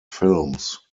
films